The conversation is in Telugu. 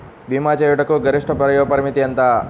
భీమా చేయుటకు గరిష్ట వయోపరిమితి ఎంత?